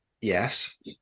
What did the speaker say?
yes